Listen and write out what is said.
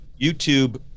YouTube